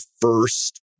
first